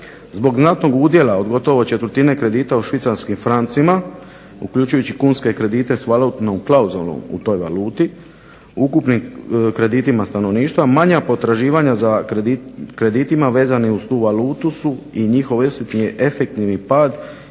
Zbog znatnog udjela od gotovo četvrtine kredita u švicarskim francima uključujući kunske kredite s valutnom klauzulom u toj valuti, ukupni kreditima stanovništva manja potraživanja za kreditima vezanih uz tu valutu su njihov efektivni pad